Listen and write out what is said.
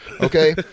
okay